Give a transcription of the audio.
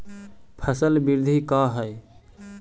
फसल वृद्धि का है?